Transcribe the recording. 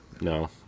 No